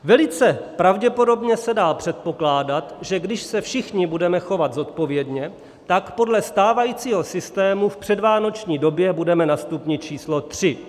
Velice pravděpodobně se dá předpokládat, že když se všichni budeme chovat zodpovědně, tak podle stávajícího systému budeme v předvánoční době na stupni č. 3.